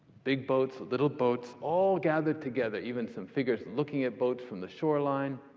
big boats, little boats all gathered together. even some figures looking at boats from the shoreline.